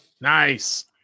Nice